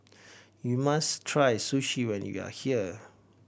you must try Sushi when you are here